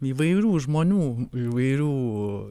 įvairių žmonių įvairių